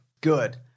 good